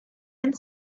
and